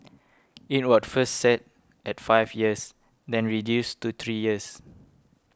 it was first set at five years then reduced to three years